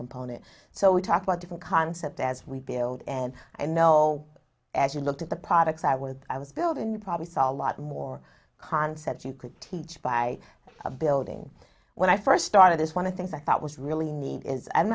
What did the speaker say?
component so we talk about different concept as we build and i know as you looked at the products i was i was building you probably saw a lot more concept you could teach by a building when i first started this one of things i thought was really need is i'm